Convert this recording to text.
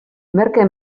merke